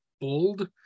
bold